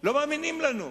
לא מאמינים לנו.